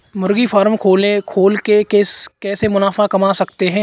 मुर्गी फार्म खोल के कैसे मुनाफा कमा सकते हैं?